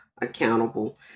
accountable